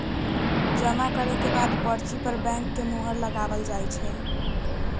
जमा करे के बाद पर्ची पर बैंक के मुहर लगावल जा हई